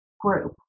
group